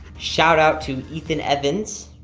shout-out to ethan evans.